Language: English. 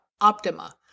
Optima